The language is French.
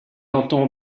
entend